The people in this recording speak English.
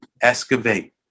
excavate